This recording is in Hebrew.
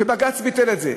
שבג"ץ ביטל את זה,